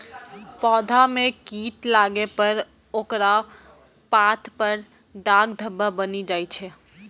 पौधा मे कीट लागै पर ओकर पात पर दाग धब्बा बनि जाइ छै